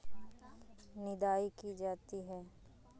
निदाई की जाती है?